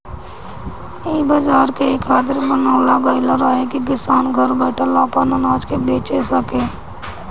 इ बाजार के इ खातिर बनावल गईल रहे की किसान घर बैठल आपन अनाज के बेचा सके